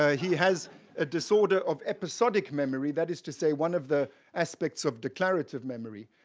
ah he has a disorder of episodic memory, that is to say one of the aspects of declarative memory,